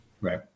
Right